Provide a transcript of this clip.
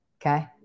Okay